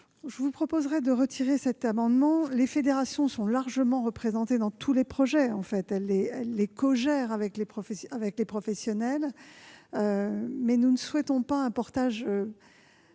par un professionnel de terrain. Les fédérations sont largement représentées dans tous les projets, elles les cogèrent avec les professionnels, mais nous ne souhaitons pas un portage